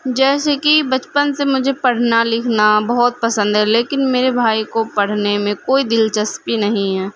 جیسے کہ بچپن سے مجھے پڑھنا لکھنا بہت پسند ہے لیکن میرے بھائی کو پڑھنے میں کوئی دلچسپی نہیں ہے